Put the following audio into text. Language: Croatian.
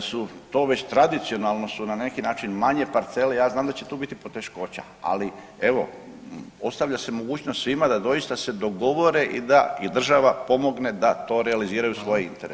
su to već tradicionalno su na neki način manje parcele, ja znam da će tu biti poteškoća, ali evo ostavlja se mogućnost svima da doista se dogovore i da i država pomogne da to realiziraju svoje interese.